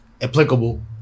applicable